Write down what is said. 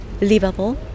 livable